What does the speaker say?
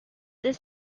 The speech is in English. this